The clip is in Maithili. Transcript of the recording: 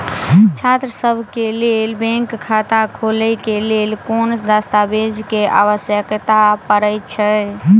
छात्रसभ केँ लेल बैंक खाता खोले केँ लेल केँ दस्तावेज केँ आवश्यकता पड़े हय?